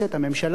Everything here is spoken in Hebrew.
הממשלה,